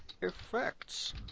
effects